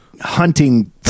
hunting